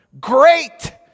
Great